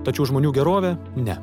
tačiau žmonių gerovė ne